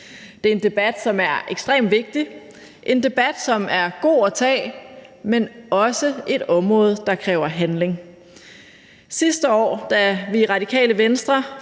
Det er en debat, som er ekstremt vigtig – en debat, som er god at tage, men som også vedrører et område, der kræver handling. Sidste år, da vi i Radikale Venstre